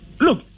Look